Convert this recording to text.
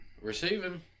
Receiving